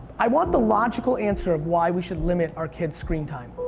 i want the logical answer of why we should limit our kids' screen time.